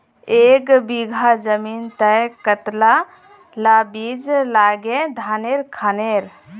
एक बीघा जमीन तय कतला ला बीज लागे धानेर खानेर?